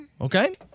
Okay